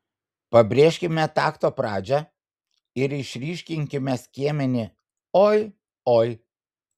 pabrėžkime takto pradžią ir išryškinkime skiemenį oi oi